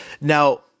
Now